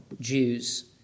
Jews